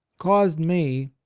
caused me,